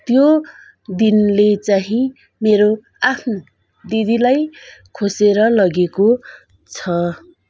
त्यो दिनले चाहिँ मेरो आफ्नो दिदीलाई खोसेर लगेको छ